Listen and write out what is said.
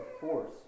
force